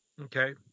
Okay